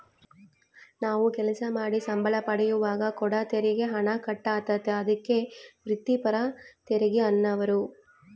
ನಾವು ಕೆಲಸ ಮಾಡಿ ಸಂಬಳ ಪಡೆಯುವಾಗ ಕೂಡ ತೆರಿಗೆ ಹಣ ಕಟ್ ಆತತೆ, ಅದಕ್ಕೆ ವ್ರಿತ್ತಿಪರ ತೆರಿಗೆಯೆನ್ನುವರು